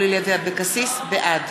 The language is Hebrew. בעד